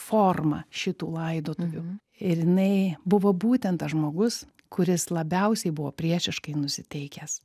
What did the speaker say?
forma šitų laidotuvių ir jinai buvo būtent tas žmogus kuris labiausiai buvo priešiškai nusiteikęs